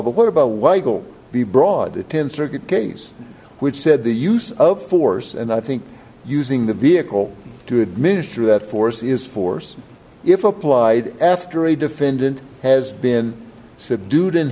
but what about weigel the broad to ten circuit case which said the use of force and i think using the vehicle to administer that force is force if applied after a defendant has been subdued and